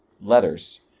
letters